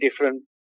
different